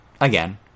again